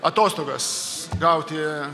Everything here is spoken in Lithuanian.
atostogas gauti